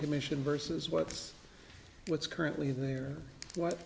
commission versus what's what's currently there what